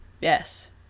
yes